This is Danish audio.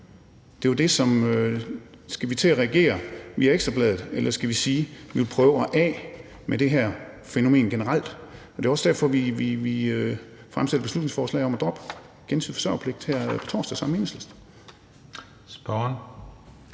sammen med SF. Skal vi til at reagere ud fra Ekstra Bladet, eller skal vi sige, at vi vil prøve at komme af med det her fænomen generelt. Det er også derfor, vi fremsætter et beslutningsforslag om at droppe gensidig forsørgerpligt her på torsdag sammen med Enhedslisten.